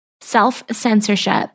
self-censorship